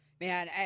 Man